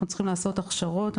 אנחנו צריכים לעשות הכשרות,